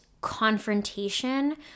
confrontation